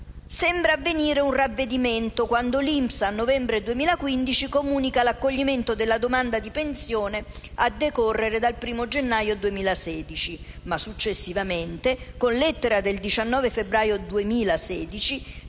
Sembra avvenire un ravvedimento quando l'INPS, a novembre 2015, comunica l'accoglimento della domanda di pensione a decorrere dal 1° gennaio 2016. Ma successivamente, con lettera del 19 febbraio 2016,